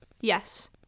Yes